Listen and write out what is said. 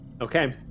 Okay